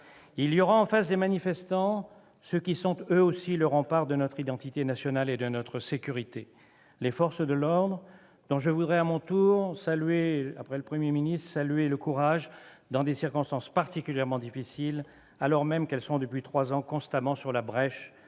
Il y aura, en face des manifestants, ceux qui sont, eux aussi, le rempart de notre identité nationale et de notre sécurité : les forces de l'ordre. Je voudrais à mon tour, après le Premier ministre, saluer leur courage dans des circonstances particulièrement difficiles, alors même qu'elles sont, depuis trois ans, constamment sur la brèche